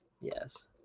Yes